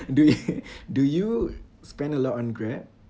do you do you spend a lot on Grab